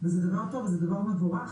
וזה דבר טוב וזה דבר מבורך.